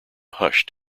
hushed